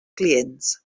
clients